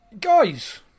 Guys